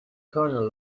corner